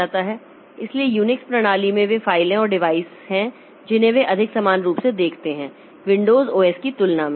इसलिए यूनिक्स प्रणाली में वे फाइलें और डिवाइस हैं जिन्हें वे अधिक समान रूप से देखते हैं विंडोज़ ओएस की तुलना में